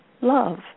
love